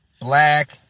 black